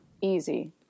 Easy